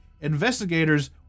Investigators